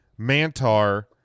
Mantar